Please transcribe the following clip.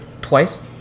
twice